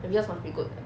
the results must be good